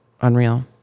unreal